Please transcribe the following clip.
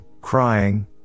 crying